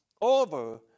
over